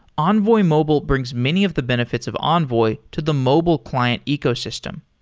envoy mobile brings many of the benefits of envoy to the mobile client ecosystem.